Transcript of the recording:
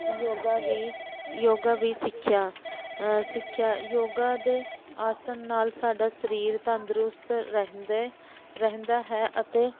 ਯੋਗਾ ਦੀ ਯੋਗਾ ਵੀ ਸਿੱਖਿਆ ਸਿੱਖਿਆ ਯੋਗਾ ਦੇ ਆਸਣ ਨਾਲ ਸਾਡਾ ਸਰੀਰ ਤੰਦਰੁਸਤ ਰਹਿੰਦੇ ਰਹਿੰਦਾ ਹੈ ਅਤੇ